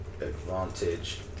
advantage